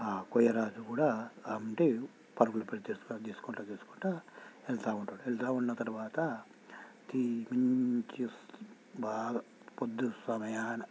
కొయ్యరాజు కూడా అంటి పరుగులు పెడుతూ తీసుకుంటూ తీసుకుంటూ వెళ్తూ ఉంటాడు వెళ్తూ ఉన్న తర్వాత తీ మంచి బాగా పొద్దు సమయాన